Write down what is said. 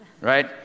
Right